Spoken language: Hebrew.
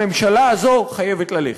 הממשלה הזאת חייבת ללכת.